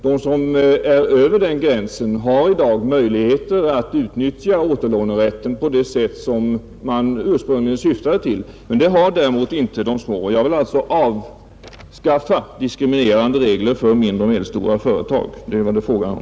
De som är över den gränsen har i dag möjligheter att utnyttja återlånerätten på det sätt som man ursprungligen syftat till, men det har inte de små företagen. Jag vill alltså avskaffa diskriminerande regler för mindre och medelstora företag — det är vad det är fråga om.